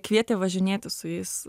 kvietė važinėtis su jais